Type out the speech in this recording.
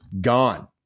gone